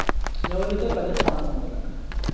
مےٚ ؤنِو تُہۍ پنٕنِس پانَس مُتعلق